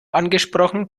angesprochen